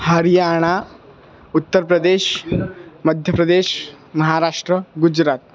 हर्याणा उत्तरप्रदेशः मध्यप्रदेशः महाराष्ट्रं गुजरातम्